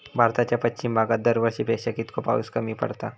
भारताच्या पश्चिम भागात दरवर्षी पेक्षा कीतको पाऊस कमी पडता?